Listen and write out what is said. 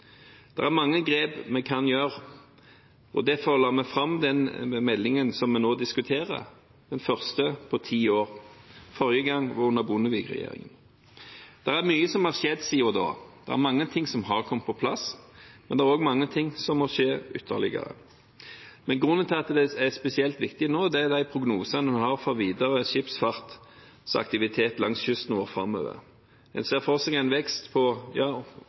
er mange grep vi kan ta, og derfor la vi fram den meldingen som vi nå diskuterer – den første på ti år, forrige gang under Bondevik-regjeringen. Det er mye som har skjedd siden da. Mye har kommet på plass, men det er også mye som ytterligere må skje. Grunnen til at det er spesielt viktig nå, er de prognosene vi har for videre skipsfartsaktivitet langs kysten vår. Man ser for seg en vekst på